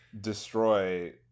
destroy